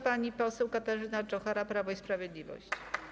Pani poseł Katarzyna Czochara, Prawo i Sprawiedliwość.